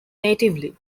natively